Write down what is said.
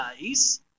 days